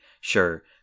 sure